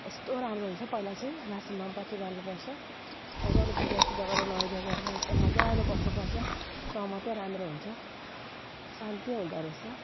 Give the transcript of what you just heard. यस्तो राम्रो हुन्छ पहिला चाहिँ लासेममा बत्ती बाल्नुपर्छ मजाले पूजासुजा गरेर नुहाइ ध्वाइ गरेर मजाले एकदम मजाले बस्नुपर्छ तब मात्रै राम्रो हुन्छ शान्ती हुँदो रहेछ